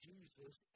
Jesus